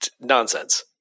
nonsense